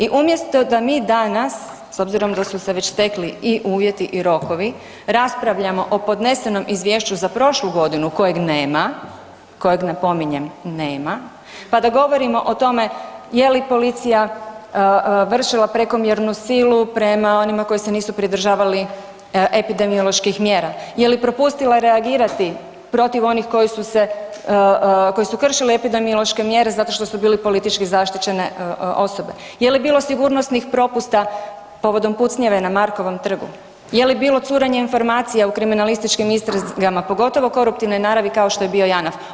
I umjesto da mi danas, s obzirom da su se već stekli i uvjeti i rokovi, raspravljamo o podnesenom izvješću za prošlu godinu kojeg nema, kojeg napominjem nema, pa da govorimo o tome je li policija vršila prekomjernu silu prema onima koji se nisu pridržavali epidemioloških mjera, je li propustila reagirati protiv onih koji su kršili epidemiološke mjere zato što su bili politički zaštićene osobe, je li bilo sigurnosnih propusta povodom pucnjave na Markovom trgu, je li bilo curenja informacija u kriminalističkim istragama, pogotovo koruptivne naravi kao što je bio Janaf.